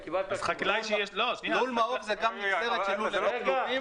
לול מעוף זה גם נגזרת של לול ללא כלובים.